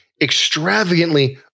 extravagantly